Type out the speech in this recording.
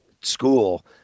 school